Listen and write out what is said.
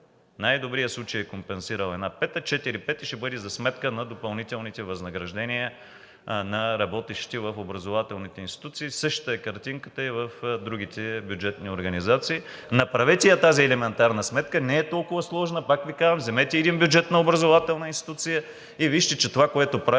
най-добрия случай е компенсирал една пета, четири пети ще бъде за сметка на допълнителните възнаграждения на работещите в образователните институции. Същата е картинката и в другите бюджетни организации. Направете я тази елементарна сметка, не е толкова сложна. Пак ви казвам, вземете един бюджет на образователна институция и вижте, че това, което правите,